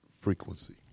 frequency